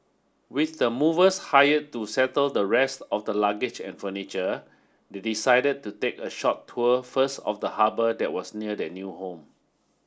with the movers hired to settle the rest of the luggage and furniture they decided to take a short tour first of the harbour that was near their new home